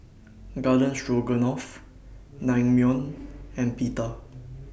Garden Stroganoff Naengmyeon and Pita